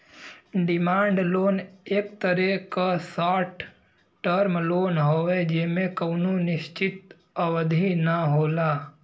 demand loan एक तरे क शार्ट टर्म लोन हउवे जेमे कउनो निश्चित अवधि न होला